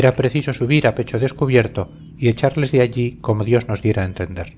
era preciso subir a pecho descubierto y echarles de allí como dios nos diera a entender